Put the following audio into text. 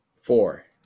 Four